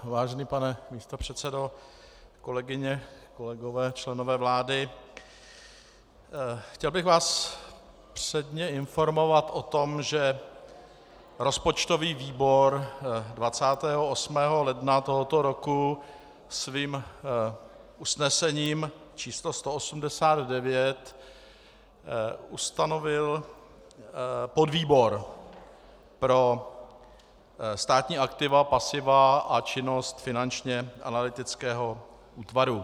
Vážený pane místopředsedo, kolegyně, kolegové, členové vlády, chtěl bych vás předně informovat o tom, že rozpočtový výbor 28. ledna tohoto roku svým usnesením číslo 189 ustanovil podvýbor pro státní aktiva, pasiva a činnost Finančního analytického útvaru.